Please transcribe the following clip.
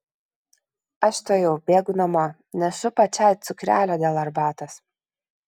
aš tuojau bėgu namo nešu pačiai cukrelio dėl arbatos